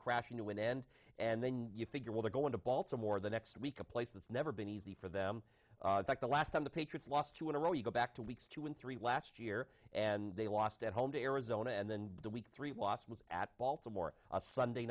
crashing to an end and then you figure well they're going to baltimore the next week a place that's never been easy for them like the last time the patriots lost two in a row you go back to weeks two and three last year and they lost at home to arizona and then the week three was at baltimore a sunday